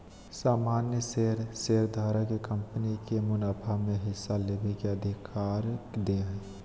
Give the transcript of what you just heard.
सामान्य शेयर शेयरधारक के कंपनी के मुनाफा में हिस्सा लेबे के अधिकार दे हय